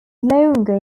longer